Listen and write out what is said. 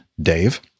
Dave